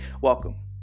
Welcome